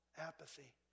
apathy